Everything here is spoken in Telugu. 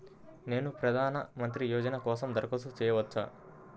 నేను ప్రధాన మంత్రి యోజన కోసం దరఖాస్తు చేయవచ్చా?